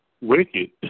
Wicked